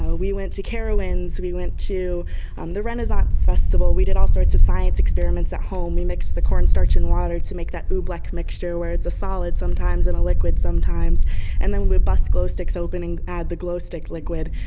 we went to carowinds. we went to um the renaissance festival. we did all sorts of science experiments at home. we mixed the cornstarch and water to make that oobleck mixture where it's a solid sometimes and a liquid sometimes and then we'd bust glow sticks open and add the glow stick liquid.